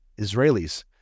Israelis